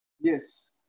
Yes